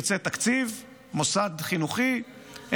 מוסד חינוכי שירצה תקציב,